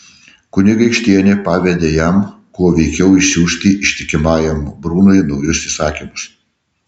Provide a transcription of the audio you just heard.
kunigaikštienė pavedė jam kuo veikiau išsiųsti ištikimajam brunui naujus įsakymus